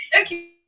Okay